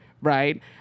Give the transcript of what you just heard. right